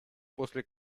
после